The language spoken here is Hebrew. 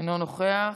אינו נוכח.